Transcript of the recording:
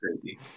crazy